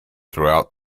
throughout